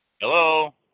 Hello